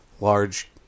large